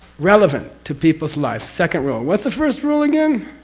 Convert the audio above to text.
relevant to people's lives, second rule. what's the first rule again?